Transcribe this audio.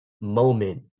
moment